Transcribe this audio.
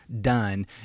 done